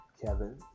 Kevin